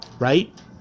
right